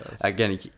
Again